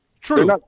True